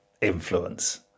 influence